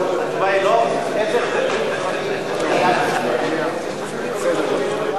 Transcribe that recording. מאוד איזה חוקים חלים, התשובה היא לא.